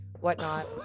whatnot